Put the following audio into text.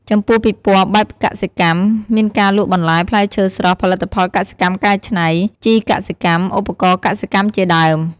ចំពោះពិព័រណ៍បែបកសិកម្ម មានការលក់បន្លែ ផ្លែឈើស្រស់ ផលិតផលកសិកម្មកែច្នៃ ជីកសិកម្ម ឧបករណ៍កសិកម្មជាដើម។